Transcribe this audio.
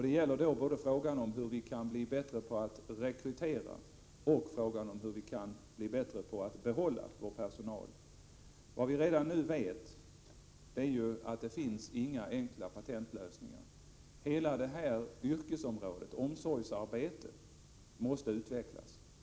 Det gäller då både frågan om hur vi kan bli bättre på att rekrytera och frågan om hur vi kan bli bättre på att behålla vår personal. Vad vi redan nu vet är ju att det inte finns några enkla patentlösningar. Hela detta yrkesområde — omsorgsarbetet — måste utvecklas.